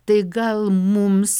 tai gal mums